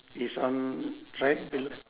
it's on right there